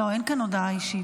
לא, אין כאן הודעה אישית.